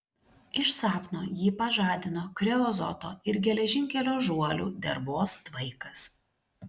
iš sapno jį pažadino kreozoto ir geležinkelio žuolių dervos tvaikas